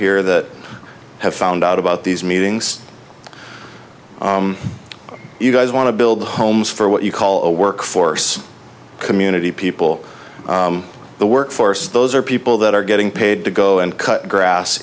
here that have found out about these meetings you guys want to build homes for what you call a workforce community people the workforce those are people that are getting paid to go and cut grass